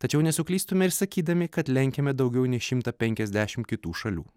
tačiau nesuklystume ir sakydami kad lenkiame daugiau nei šimtą penkiasdešimt kitų šalių